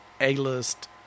A-list